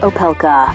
Opelka